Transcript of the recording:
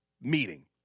meeting